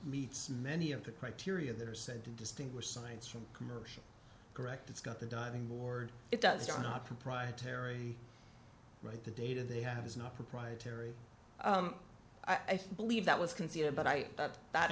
meets many of the criteria that are said to distinguish science from commercial correct it's got the diving board it does not proprietary right the data they have is not proprietary i think believe that was conceded but i that